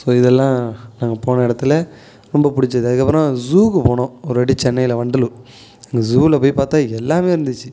so இதெல்லாம் நாங்கள் போன இடத்துல ரொம்ப பிடிச்சது அதுக்கப்புறம் ஜூக்கு போனோம் ஒரு வாட்டி சென்னையில வண்டலூர் அந்த ஜூவில போய் பார்த்தா எல்லாமே இருந்துச்சு